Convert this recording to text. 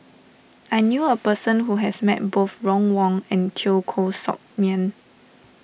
I knew a person who has met both Ron Wong and Teo Koh Sock Miang